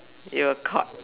you were caught